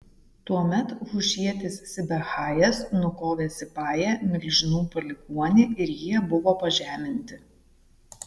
tuomet hušietis sibechajas nukovė sipają milžinų palikuonį ir jie buvo pažeminti